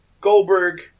Goldberg